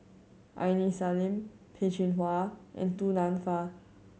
Aini Salim Peh Chin Hua and Du Nanfa